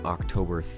October